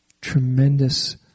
tremendous